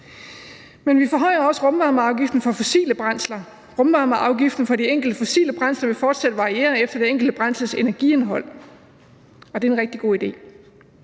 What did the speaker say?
Men vi forhøjer også rumvarmeafgiften for fossile brændsler. Rumvarmeafgiften for de enkelte fossile brændsler vil fortsat variere efter det enkelte brændsels energiindhold, og det er en rigtig god idé.